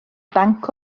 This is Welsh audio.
banc